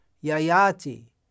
yayati